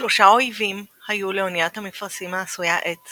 שלושה אויבים היו לאוניית המפרשים העשויה עץ